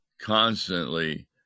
constantly